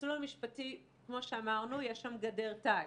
המסלול המשפטי, כמו שאמרנו, יש שם גדר תיל,